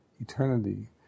eternity